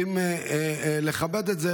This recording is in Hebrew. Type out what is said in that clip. להבדיל,